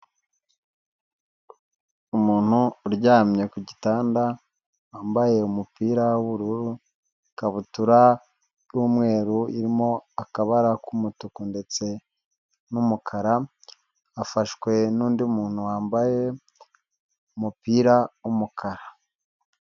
Umuntu uryamye ku gitanda wambaye umupira w'ubururu, ikabutura y'umweru irimo akabara k'umutuku ndetse n'umukara afashwe n'undi muntu wambaye umupira w'umukara.